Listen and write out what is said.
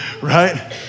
Right